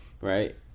right